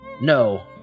No